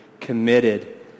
committed